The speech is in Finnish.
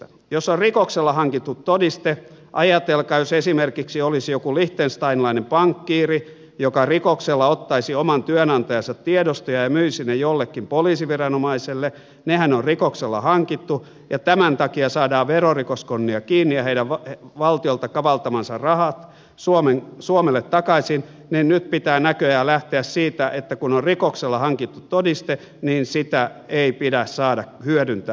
jos on rikoksella hankittu todiste ajatelkaa jos esimerkiksi olisi joku liechtensteinilainen pankkiiri joka rikoksella ottaisi oman työnantajansa tiedostoja ja myisi ne jollekin poliisiviranomaiselle nehän on rikoksella hankittu ja tämän takia saadaan verorikoskonnia kiinni ja heidän valtiolta kavaltamansa rahat suomelle takaisin niin nyt pitää näköjään lähteä siitä että kun on rikoksella hankittu todiste niin sitä ei pidä saada hyödyntää